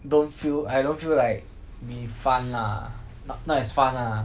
don't feel I don't feel like may fun lah not not as fun lah